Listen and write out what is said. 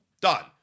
Done